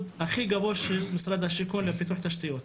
הכי גבוה של משרד השיכון לפיתוח תשתיות.